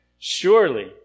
Surely